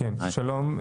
כן, שלום.